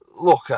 Look